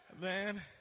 man